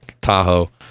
Tahoe